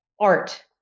art